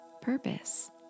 purpose